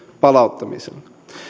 palauttamiselle